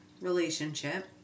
relationship